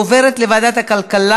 לוועדת הכלכלה